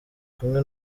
kumwe